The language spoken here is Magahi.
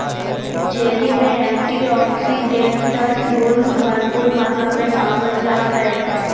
चेरी में एंटीऑक्सीडेंट्स गुण भरपूर मात्रा में पावल जा हइ